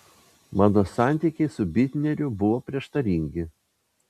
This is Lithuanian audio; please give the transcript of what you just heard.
mano santykiai su bitneriu buvo prieštaringi